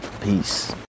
Peace